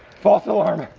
false alarm.